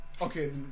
Okay